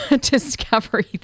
discovery